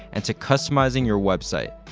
and to customizing your website.